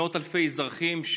מאות אלפי אזרחים,